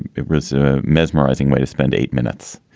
it was a mesmerizing way to spend eight minutes.